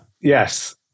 Yes